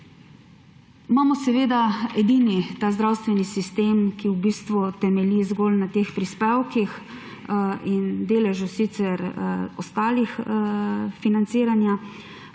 Imamo edini ta zdravstveni sistem, ki v bistvu temelji zgolj na teh prispevkih in deležu sicer ostalega financiranja,